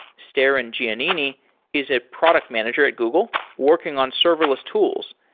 steren giannini is a product manager at google working on serverless tools.